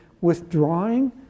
withdrawing